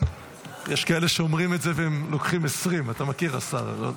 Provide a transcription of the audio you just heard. יש כאלה שאומרים את זה ולוקחים 20. אתה מכיר, השר.